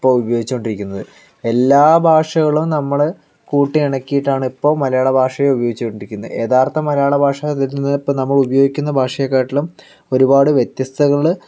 ഇപ്പോൾ ഉപയോഗിച്ചുകൊണ്ടിരിക്കുന്നത് എല്ലാ ഭാഷകളും നമ്മൾ കൂട്ടിയിണക്കിയിട്ടാണ് ഇപ്പം മലയാളഭാഷയെ ഉപയോഗിച്ചുകൊണ്ടിരിക്കുന്നത് യഥാർത്ഥ മലയാളഭാഷയിൽ നിന്ന് ഇപ്പോൾ നമ്മൾ ഉപയോഗിക്കുന്ന ഭാഷയെ കാട്ടിലും ഒരുപാട് വ്യത്യസ്തകൾ